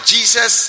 Jesus